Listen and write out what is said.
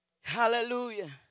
Hallelujah